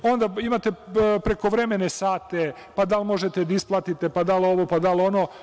Onda imate prekovremene sate, pa da li možete da isplatite, da li ovo, da li ono.